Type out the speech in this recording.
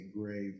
grave